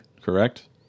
correct